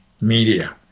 media